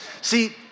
See